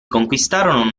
conquistarono